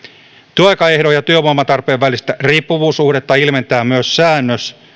työaikaehdon ja työvoimatarpeen välistä riippuvuussuhdetta ilmentää myös säännös